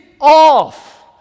off